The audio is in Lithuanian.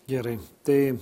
gerai tai